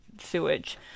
sewage